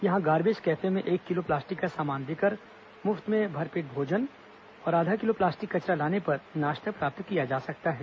यहां garbage cafe में एक किलो प्लास्टिक का सामान देकर मुफ्त में भरपेट भोजन और आधा किलो प्लास्टिक कचरा लाने पर नाश्ता प्राप्त किया जा सकता है